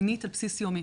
מינית על בסיס יומי